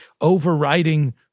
overriding